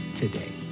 today